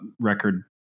record